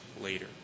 Later